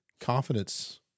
Confidence